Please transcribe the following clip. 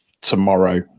tomorrow